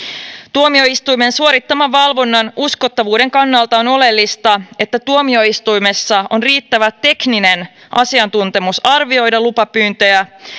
tuomioistuimen suorittaman valvonnan uskottavuuden kannalta on oleellista että tuomioistuimessa on riittävä tekninen asiantuntemus arvioida lupapyyntöjä